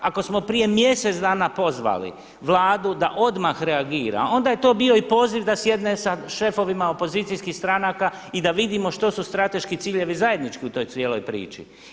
Ako smo prije mjesec dana pozvali Vladu da odmah reagira onda je to bio i poziv da sjedne sa šefovima opozicijskih stranaka i da vidimo što su strateški ciljevi zajednički u toj cijeloj priči.